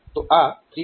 તો આ 3